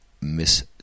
Miss